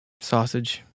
Sausage